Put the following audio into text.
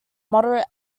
moderate